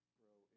grow